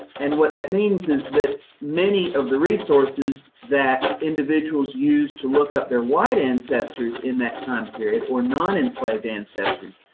and what that means is that many of the resources that individuals used to look up their white ancestors in that time period or non-enslaved ancestors,